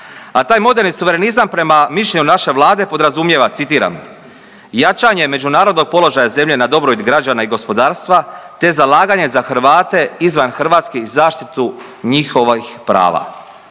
a taj moderni suverenizam prema mišljenju naše vlade podrazumijeva citiram, jačanje međunarodnog položaja zemlje na dobrobit građana i gospodarstva te zalaganje za Hrvate izvan Hrvatske i zaštitu njihovih prava.